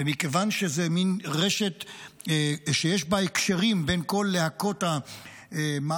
ומכיוון שזו מין רשת שיש בה הקשרים בין כל להקות המאביקים,